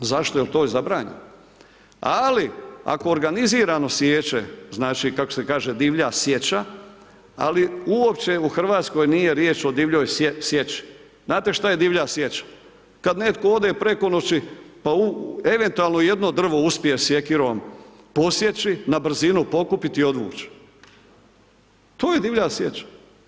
Zašto, jer to je zabranjeno, ali ako organizirano siječe, znači kako se kaže divlja sječa, ali uopće u Hrvatskoj nije riječ o divljoj sječi, znate šta je divlja sječa kad netko ode preko noći pa eventualno jedno drvo uspije sjekirom posjeći, na brzinu pokupiti i odvuć, to je divlja sječa.